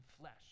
flesh